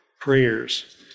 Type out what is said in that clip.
prayers